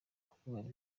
kuvuga